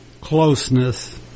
closeness